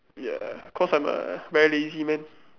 ya cause I am a very lazy man